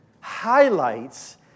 highlights